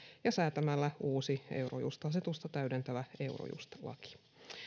ja säätämällä uusi eurojust asetusta täydentävä eurojust laki